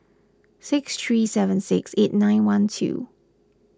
six three seven six eight nine one two